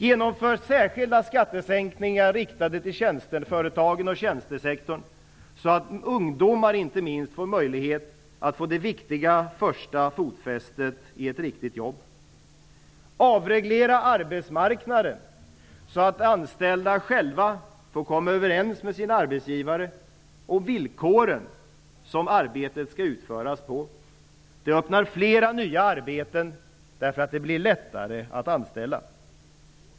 Genomför särskilda skattesänkningar riktade till tjänsteföretagen och tjänstesektorn, så att inte minst ungdomar får möjlighet att få det viktiga första fotfästet i ett riktigt jobb. Avreglera arbetsmarknaden, så att anställda själva får komma överens med sin arbetsgivare om de villkor på vilka arbetet skall utföras. Det öppnar möjligheter till flera nya arbeten, därför att det blir lättare att anställa.